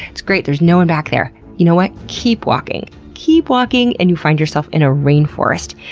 it's great, there's no one back there. you know what? keep walking. keep walking and you find yourself in a rainforest.